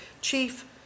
chief